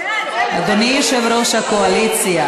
אדוני יושב-ראש הקואליציה,